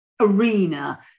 arena